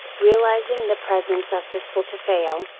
realizing the presence of this will to fail,